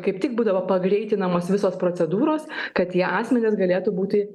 kaip tik būdavo pagreitinamos visos procedūros kad tie asmenys galėtų būti